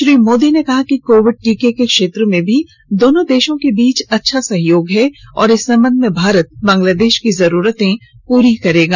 श्री मोदी ने कहा कि कोविड टीके के क्षेत्र में भी दोनों देशों के बीच अच्छा सहयोग है और इस संबंध में भारत बांग्लादेश की जरूरतें पूरी करेगा